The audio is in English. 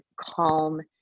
calm